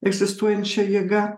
egzistuojančia jėga